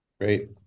Great